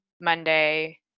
monday